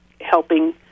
helping